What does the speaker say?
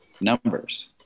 numbers